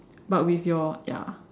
but with your ya